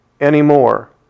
anymore